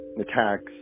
attacks